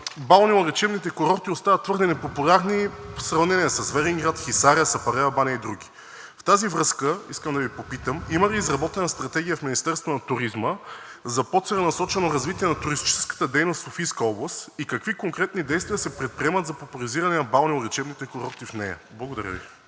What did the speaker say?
Балнеолечебните курорти остават твърде непопулярни в сравнение с Велинград, Хисаря, Сапарева баня и други. В тази връзка искам да Ви попитам: има ли изработена стратегия в Министерството на туризма за по-целенасочено развитие на туристическата дейност в Софийска област и какви конкретни действия се предприемат за популяризиране на балнеолечебните курорти в нея? Благодаря Ви.